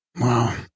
Wow